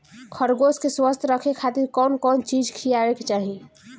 खरगोश के स्वस्थ रखे खातिर कउन कउन चिज खिआवे के चाही?